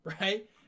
right